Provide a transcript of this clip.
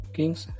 Kings